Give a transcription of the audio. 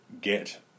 get